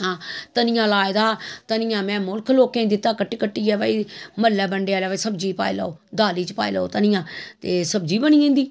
धनियां लाए दा हा धनियां में मुल्ख लोकें दित्ता कट्टी कट्टियै भाई मह्ल्लै बंडेआ भाई सब्जी लेई जाओ दाली च पाई लैओ सब्जी ते सब्जी बनी जंदी